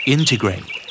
Integrate